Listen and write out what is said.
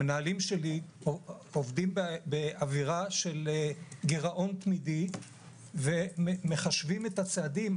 המנהלים שלי עובדים באווירה של גירעון תמידי ומחשבים את הצעדים.